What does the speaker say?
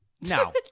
No